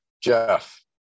Jeff